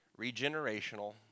regenerational